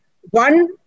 one